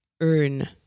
earn